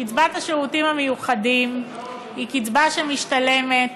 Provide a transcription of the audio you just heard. קצבת שירותים מיוחדים היא קצבה שמשולמת